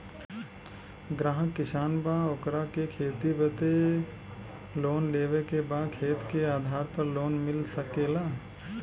ग्राहक किसान बा ओकरा के खेती बदे लोन लेवे के बा खेत के आधार पर लोन मिल सके ला?